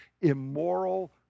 immoral